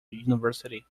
university